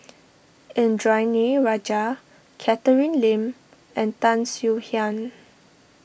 Indranee Rajah Catherine Lim and Tan Swie Hian